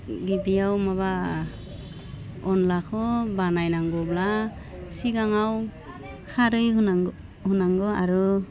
गिबियाव माबा अनलाखौ बानायनांगौब्ला सिगाङाव खारै होनांगौ होनांगौ आरो